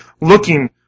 looking